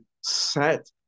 set